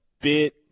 bit